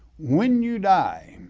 when you die,